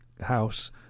house